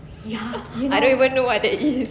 I don't even know what that is